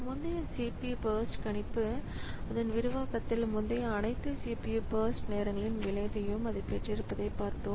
முந்தைய CPU burst கணிப்பு அதன் விரிவாக்கத்தில் முந்தைய அனைத்து CPU பர்ஸ்ட் நேரங்களின் விளைவையும் அது பெற்றிருப்பதைக் பார்த்தோம்